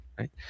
Right